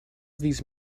these